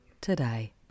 today